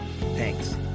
Thanks